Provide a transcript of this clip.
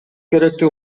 керектүү